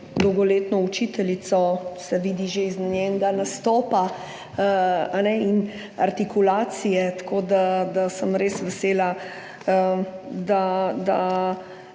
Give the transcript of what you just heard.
dolgoletno učiteljico, se vidi že iz njenega nastopa in artikulacije. Tako da sem res vesela, da